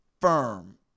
firm